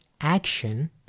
action